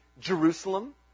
Jerusalem